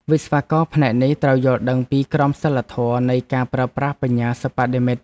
វិស្វករផ្នែកនេះត្រូវយល់ដឹងពីក្រមសីលធម៌នៃការប្រើប្រាស់បញ្ញាសិប្បនិម្មិត។